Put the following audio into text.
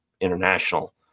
international